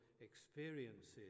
experiences